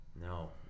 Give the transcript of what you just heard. no